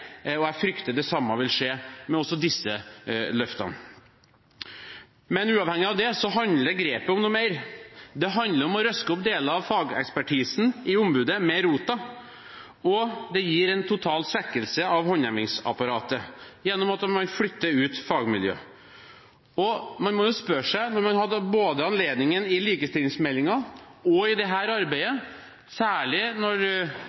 og jeg frykter det samme vil skje også med disse løftene. Men uavhengig av det handler grepet om noe mer. Det handler om å røske opp deler av fagekspertisen i ombudet med roten, og det gir en total svekkelse av håndhevingsapparatet at man flytter ut fagmiljøer. Man må jo spørre seg: Når man hadde anledning både i likestillingsmeldingen og i dette arbeidet, særlig når man har de mange vedtakene som Stortinget har fattet når det